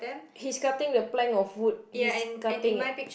he's cutting the plank of wood he's cutting it